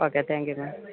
okay thank you ma'am